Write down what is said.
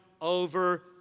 over